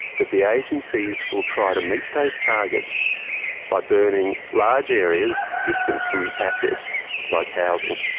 that the agencies will try to meet those targets by burning large areas distant from assets like housing,